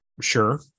Sure